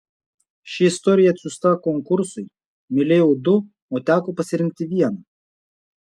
ši istorija atsiųsta konkursui mylėjau du o teko pasirinkti vieną